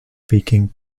speaking